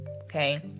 Okay